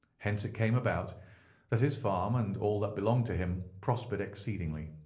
hence it came about that his farm and all that belonged to him prospered exceedingly.